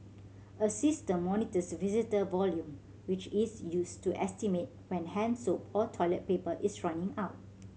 a system monitors visitor volume which is used to estimate when hand soap or toilet paper is running out